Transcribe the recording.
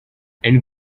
and